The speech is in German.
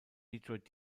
detroit